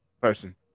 person